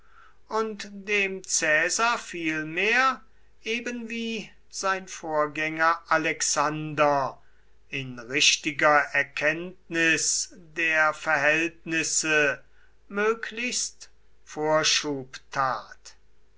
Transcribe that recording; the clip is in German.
und dem caesar vielmehr ebenwie sein vorgänger alexander in richtiger erkenntnis der verhältnisse möglichst vorschub tat